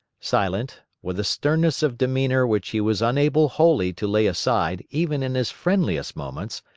silent, with a sternness of demeanor which he was unable wholly to lay aside even in his friendliest moments,